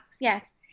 yes